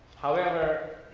however,